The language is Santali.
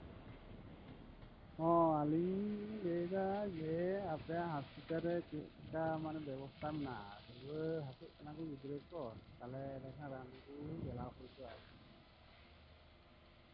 ᱟᱹᱞᱤᱧ ᱞᱟᱹᱭᱫᱟ ᱡᱮ ᱟᱯᱮ ᱦᱟᱥᱯᱟᱛᱟᱞᱨᱮ ᱪᱮᱫ ᱞᱮᱠᱟ ᱢᱟᱱᱮ ᱵᱚᱵᱚᱥᱛᱷᱟ ᱢᱮᱱᱟᱜᱼᱟ ᱨᱩᱣᱟᱹ ᱦᱟᱹᱥᱩᱜ ᱠᱟᱱᱟ ᱠᱚ ᱜᱤᱫᱽᱨᱟᱹ ᱠᱚ ᱮᱱᱰᱮ ᱠᱷᱟᱱ ᱨᱟᱱ ᱟᱹᱜᱩ ᱪᱟᱞᱟᱣ ᱦᱩᱭ ᱠᱚᱜᱼᱟ ᱟᱨᱠᱤ